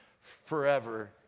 forever